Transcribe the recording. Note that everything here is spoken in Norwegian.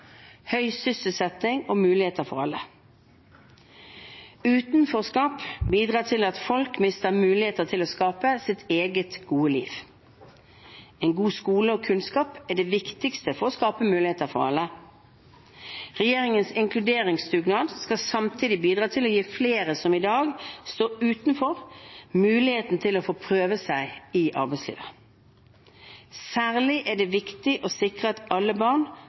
høy sysselsetting og muligheter for alle. Utenforskap bidrar til at folk mister muligheter til å skape sitt eget, gode liv. En god skole og kunnskap er det viktigste for å skape muligheter for alle. Regjeringens inkluderingsdugnad skal samtidig bidra til å gi flere som i dag står utenfor, muligheten til å få prøve seg i arbeidslivet. Særlig er det viktig å sikre at alle barn